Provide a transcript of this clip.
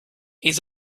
his